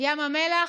ים המלח,